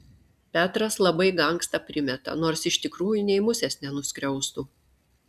petras labai gangsta primeta nors iš tikrųjų nei musės nenuskriaustų